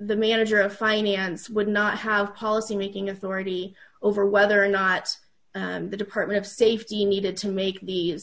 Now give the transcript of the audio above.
the manager of finance would not have policymaking authority over whether or not the department of safety needed to make the